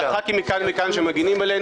מכאן ומכאן שמגנים עלינו.